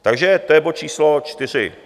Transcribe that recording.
Takže to je bod číslo 4.